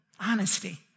honesty